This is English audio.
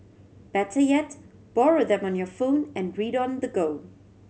better yet borrow them on your phone and read on the go